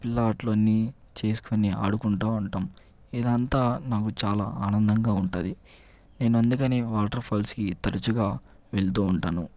పిల్లాట్లన్ని అన్ని చేసుకొని ఆడుకుంటు ఉంటాం ఇదంతా నాకు చాలా ఆనందంగా ఉంటుంది నేను అందుకనే వాటర్ ఫాల్స్ కి తరచుగా వెళ్తూ ఉంటాను